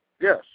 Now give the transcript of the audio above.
Yes